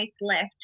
left